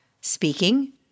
speaking